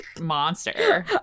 Monster